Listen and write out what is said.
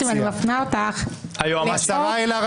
--- היה בג"ץ אחד על תיקון סעיף 5 לחוק-יסוד: הממשלה.